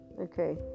okay